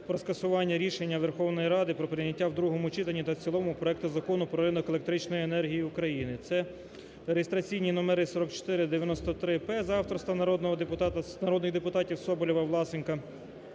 про скасування рішення Верховної Ради про прийняття у другому читанні та в цілому проекту Закону "Про ринок електричної енергії України". Це реєстраційні номер 4493-П за авторства народних депутатів Соболєва, Власенка,